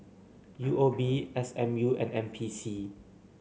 U O B S M U and N P C